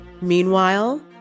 Meanwhile